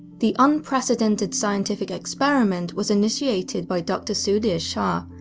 the unprecedented scientific experiment was initiated by dr. sudhir shah,